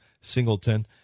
Singleton